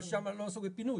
אבל שם לא עסוק בפינוי.